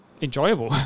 enjoyable